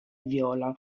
viola